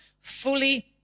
fully